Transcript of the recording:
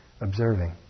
observing